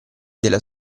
della